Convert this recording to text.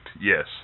yes